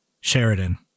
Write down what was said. Sheridan